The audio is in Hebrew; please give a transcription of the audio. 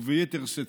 וביתר שאת,